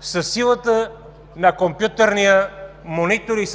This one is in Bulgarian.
със силата на компютърния монитор и